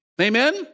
Amen